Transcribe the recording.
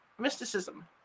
mysticism